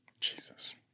Jesus